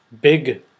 big